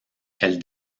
elle